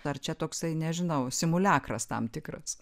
ar čia toksai nežinau simuliakras tam tikras